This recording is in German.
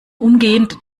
umgehend